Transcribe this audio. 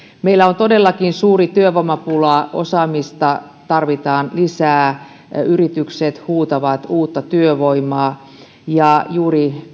meillä on todellakin suuri työvoimapula osaamista tarvitaan lisää yritykset huutavat uutta työvoimaa juuri